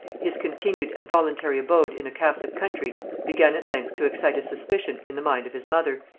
his continued and voluntary abode in a catholic country began at length to excite a suspicion in the mind of his mother,